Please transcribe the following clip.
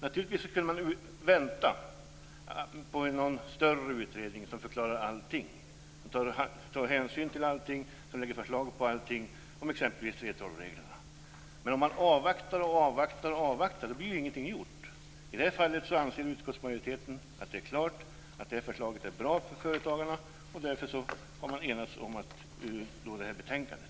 Naturligtvis kan man vänta på en långt större utredning, som tar upp allting, en utredning som tar hänsyn till allting och som lägger fram förslag om allting, exempelvis om 3:12-reglerna. Men om man bara avvaktar, blir ingenting gjort. Utskottsmajoriteten anser att att förslaget i det här fallet är bra för företagarna och har därför enats om sin skrivning i betänkandet.